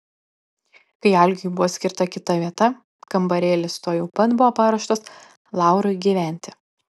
kai algiui buvo skirta kita vieta kambarėlis tuojau pat buvo paruoštas laurui gyventi